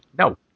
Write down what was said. No